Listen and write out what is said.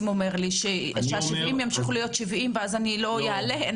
אומר לי שה-70 ימשיכו להיות 70 ולא נעלה?